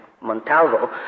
Montalvo